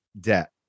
debt